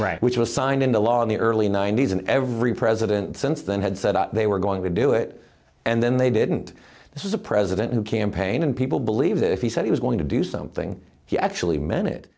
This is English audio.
jerusalem which was signed into law in the early ninety's and every president since then had said they were going to do it and then they didn't this is a president who campaigned and people believed if he said he was going to do something he actually meant it